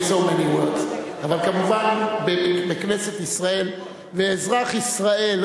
אבל כמובן, בכנסת ישראל אזרח ישראל